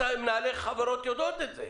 מנהלי חברות יודעים את זה.